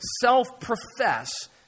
self-profess